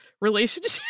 relationship